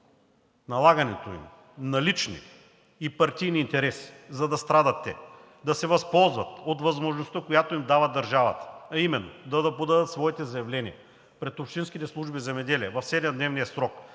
налагането им на лични и партийни интереси, за да страдат те, да се възползват от възможността, която им дава държавата, а именно да подадат своите заявления пред общинските служби по земеделие в 7-дневния срок,